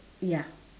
ya